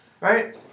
Right